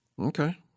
Okay